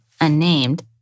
unnamed